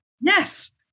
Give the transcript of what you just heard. Yes